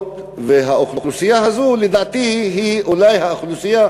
והאוכלוסייה הזאת לדעתי היא אולי האוכלוסייה